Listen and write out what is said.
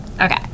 Okay